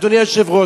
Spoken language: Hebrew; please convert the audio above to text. אדוני היושב-ראש,